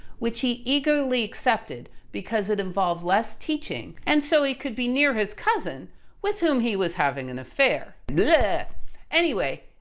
which he eagerly accepted because it involved less teaching and so he could be near his cousin with whom he was having an affair. bleeehh anyway,